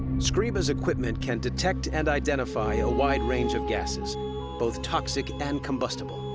scriba's equipment can detect and identify a wide range of gases both toxic and combustible.